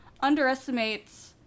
underestimates